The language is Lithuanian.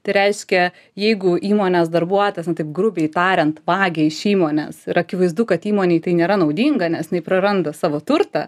tai reiškia jeigu įmonės darbuotojas na taip grubiai tariant vagia iš įmonės ir akivaizdu kad įmonei tai nėra naudinga nes jinai praranda savo turtą